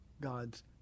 God's